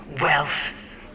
Wealth